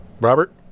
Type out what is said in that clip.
Robert